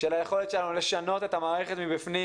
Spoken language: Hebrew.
של היכולת שלנו לשנות את המערכת מבפנים.